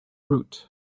route